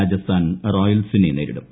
രാജസ്ഥാൻ റോയൽസിനെ നേരിടും